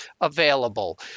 available